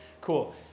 Cool